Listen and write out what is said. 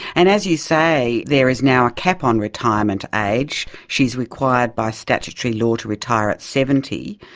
and as you say, there is now a cap on retirement age. she is required by statutory law to retire at seventy.